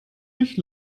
nicht